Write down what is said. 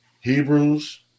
Hebrews